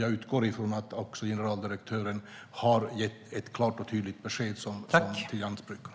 Jag utgår också från att generaldirektören har gett ett klart och tydligt besked till lantbrukarna.